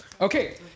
Okay